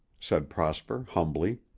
said prosper humbly.